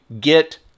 Get